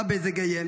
באבי זגאייה,